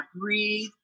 breathe